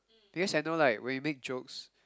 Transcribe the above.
because I know like when you make jokes